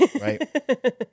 right